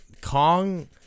Kong